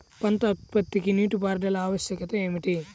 పంట ఉత్పత్తికి నీటిపారుదల ఆవశ్యకత ఏమిటీ?